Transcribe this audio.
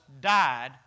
died